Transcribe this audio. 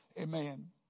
Amen